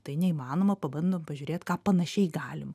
tai neįmanoma pabandom pažiūrėt ką panašiai galim